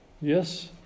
Yes